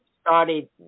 started